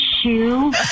shoe